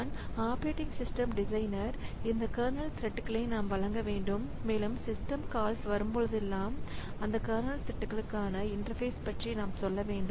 நான் operating system operating system designer இந்த kernel த்ரெட்களை நாம் வழங்க வேண்டும் மேலும் சிஸ்டம் கால்ஸ் வரும்போதெல்லாம் அந்த கர்னல் த்ரெட்களுக்கான இன்டர்பேஸ் பற்றி நாம் சொல்ல வேண்டும்